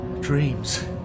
Dreams